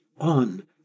on